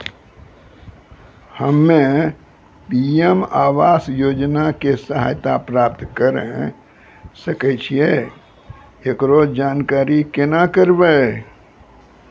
हम्मे पी.एम आवास योजना के सहायता प्राप्त करें सकय छियै, एकरो जानकारी केना करबै?